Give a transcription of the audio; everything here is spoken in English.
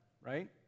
right